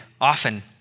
often